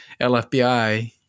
LFBI-